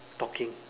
talking